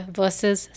versus